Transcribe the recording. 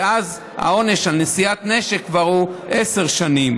ואז העונש על נשיאת נשק הוא כבר עשר שנים,